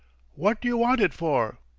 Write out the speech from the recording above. wot d'you want it for?